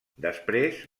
després